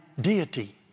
Deity